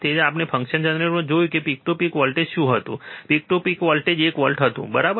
તેથી આપણે ફંક્શન જનરેટરમાં જોયું છે કે પીક ટુ પીક વોલ્ટેજ શું હતું પીક ટુ પીક વોલ્ટેજ એક વોલ્ટ હતું બરાબર